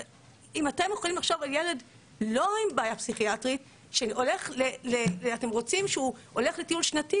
האם אתם יכולים לחשוב על ילד לא עם בעיה פסיכיאטרית שהולך לטיול שנתי,